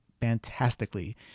fantastically